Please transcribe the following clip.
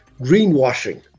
greenwashing